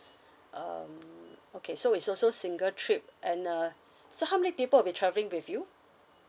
um okay so is also single trip and uh so how many people will be travelling with you